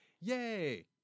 yay